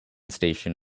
station